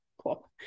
cool